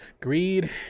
Greed